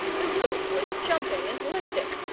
the roof was jumping and lifting.